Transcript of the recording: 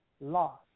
lost